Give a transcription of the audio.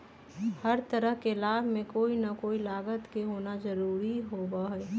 हर तरह के लाभ में कोई ना कोई लागत के होना जरूरी होबा हई